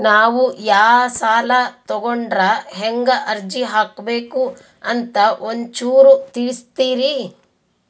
ನಾವು ಯಾ ಸಾಲ ತೊಗೊಂಡ್ರ ಹೆಂಗ ಅರ್ಜಿ ಹಾಕಬೇಕು ಅಂತ ಒಂಚೂರು ತಿಳಿಸ್ತೀರಿ?